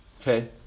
Okay